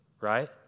right